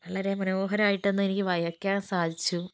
വളരെ മനോഹരമായിട്ട് അന്ന് എനിക്ക് വരക്കാൻ സാധിച്ചു